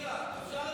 יוליה, אפשר לדבר?